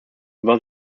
was